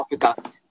Africa